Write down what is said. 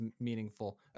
meaningful